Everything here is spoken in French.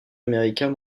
américains